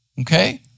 Okay